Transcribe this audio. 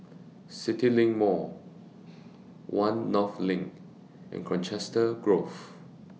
CityLink Mall one North LINK and Colchester Grove